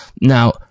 Now